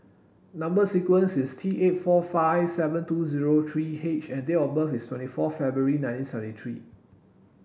number sequence is T eight four five seven two zero three H and date of birth is twenty four February nineteen seventy three